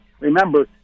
remember